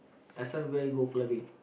last time where you go clubbing